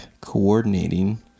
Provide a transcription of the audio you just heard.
coordinating